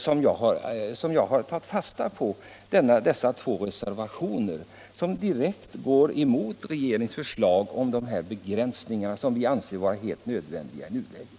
Men jag har som sagt tagit fasta på dessa två reservationer, som direkt går emot regeringens förslag om begränsningar, som vi anser vara helt nödvändiga i nuläget.